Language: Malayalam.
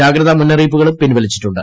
ജാഗ്രഗാ മുന്നറിയിപ്പുകളും പിൻവലിച്ചിട്ടുണ്ട്